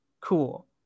Cool